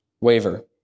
waver